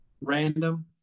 random